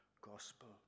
gospel